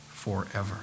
forever